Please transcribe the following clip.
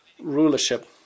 rulership